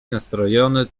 nastrojony